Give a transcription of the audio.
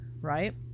right